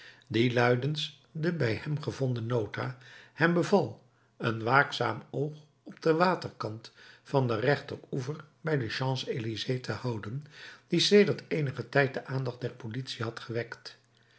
hervat die luidens de bij hem gevonden nota hem beval een waakzaam oog op den waterkant van den rechteroever bij de champs-elysées te houden die sedert eenigen tijd de aandacht der politie had gewekt